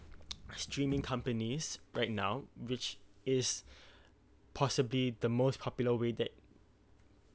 streaming companies right now which is possibly the most popular way that